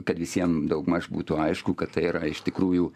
kad visiem daugmaž būtų aišku kad tai yra iš tikrųjų